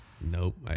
Nope